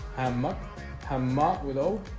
i'm up i'm up with oh,